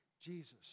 Jesus